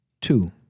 Two